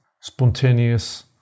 spontaneous